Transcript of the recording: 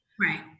Right